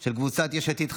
של קבוצת סיעת יש עתיד,